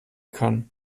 kann